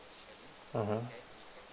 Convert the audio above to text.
mmhmm